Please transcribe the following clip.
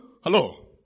Hello